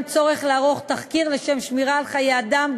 צורך לערוך תחקיר לשם שמירה על חיי אדם,